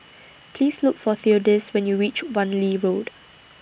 Please Look For Theodis when YOU REACH Wan Lee Road